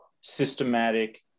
systematic